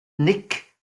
nick